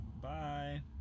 Bye